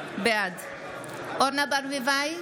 בעד אורנה ברביבאי,